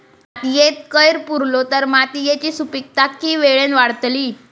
मातयेत कैर पुरलो तर मातयेची सुपीकता की वेळेन वाडतली?